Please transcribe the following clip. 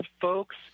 folks